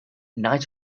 night